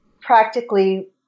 practically